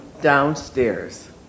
downstairs